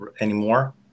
anymore